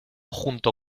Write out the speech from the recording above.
junto